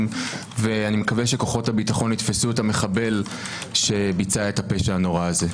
ואני מקווה שכוחות הביטחון יתפסו את המחבל שביצע את הפשע הנורא הזה.